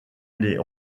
les